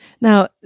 Now